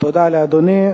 תודה לאדוני.